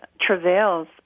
travails